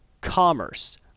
commerce